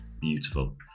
Beautiful